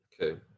Okay